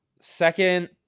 Second